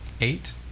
eight